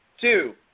Two